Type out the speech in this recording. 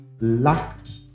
lacked